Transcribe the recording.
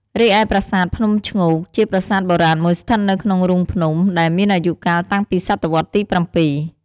រីឯប្រាសាទភ្នំឈ្ងោក ជាប្រាសាទបុរាណមួយស្ថិតនៅក្នុងរូងភ្នំ ដែលមានអាយុកាលតាំងពីសតវត្សរ៍ទី៧។